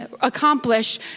accomplish